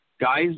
guys